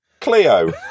Cleo